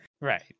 Right